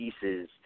pieces